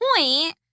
point